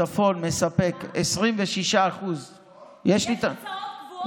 הצפון מספק 26% יש הוצאות קבועות,